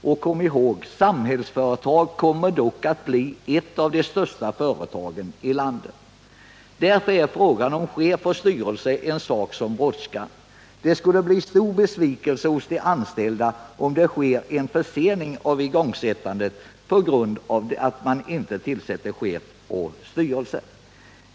Kom ihåg: Stiftelsen Samhällsföretag kommer dock att bli ett av de största företagen i landet. Därför är frågan om chef och styrelse en sak som brådskar. Det skulle bli stor besvikelse bland de anställda, om igångsättandet försenas på grund av att chef och styrelse inte tillsätts.